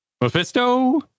mephisto